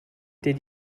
did